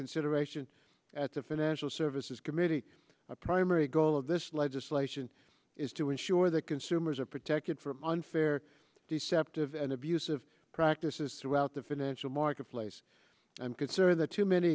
consideration at the financial services committee a primary goal of this legislation is to ensure that consumers are protected from unfair deceptive and abusive practices throughout the financial marketplace i'm concerned that too many